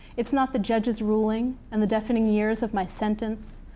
it's not the judge's ruling, and the deafening years of my sentence,